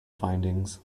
findings